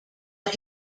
but